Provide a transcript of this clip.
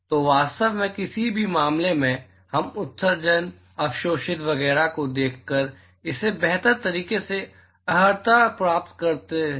तो वास्तव में किसी भी मामले में हम उत्सर्जनअवशोषित वगैरह को देखकर इसे बेहतर तरीके से अर्हता प्राप्त कर सकते हैं